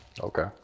Okay